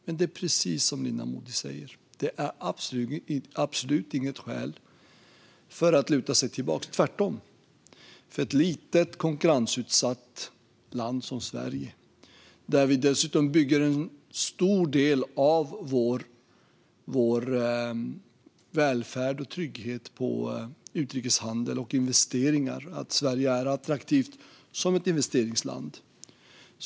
Men precis som Linda Modig säger är det absolut inget skäl för att luta sig tillbaka - tvärtom. Sverige är ett litet, konkurrensutsatt land som dessutom bygger en stor del av vår välfärd och trygghet på utrikeshandel och investeringar och på att vara attraktivt som investeringsland.